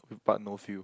but not fuel